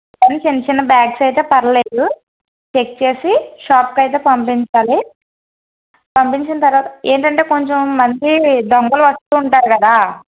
కాని చిన్న చిన్న బ్యాగ్స్ అయితే పర్లేదు చెక్ చేసి షాప్కయితే పంపించాలి పంపించిన తర్వాత ఏంటంటే కొంచెం మంది దొంగలు వస్తూ ఉంటారు కదా